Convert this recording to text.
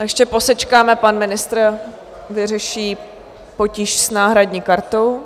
Ještě posečkáme, pan ministr vyřeší potíž s náhradní kartou.